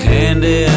Candy